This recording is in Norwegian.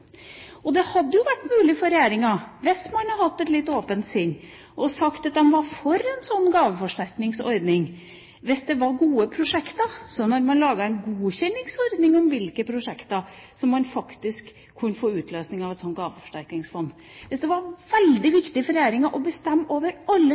Det hadde vært mulig for regjeringa, hvis man hadde hatt et åpent sinn, å si at den var for en slik gaveforsterkningsordning hvis det var gode prosjekter. Man kunne laget en godkjenningsordning for hvilke prosjekter som faktisk kunne få utløst statlig medfinansiering av et sånt gaveforsterkningsfond. Hvis det er veldig viktig for regjeringa å bestemme over alle